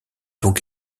donc